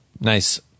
Nice